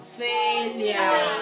failure